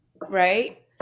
Right